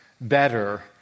better